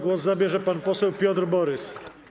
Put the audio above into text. Głos zabierze pan poseł Piotr Borys.